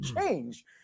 change